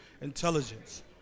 intelligence